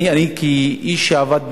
אני איש שעבד במע"צ,